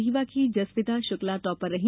रीवा की जसविता शुक्ला टॉपर रही